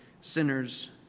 sinners